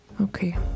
Okay